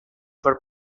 for